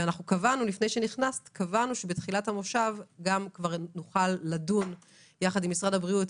ולפני שנכנסת קבענו שבתחילת המושב כבר נוכל לדון יחד עם משרד הבריאות,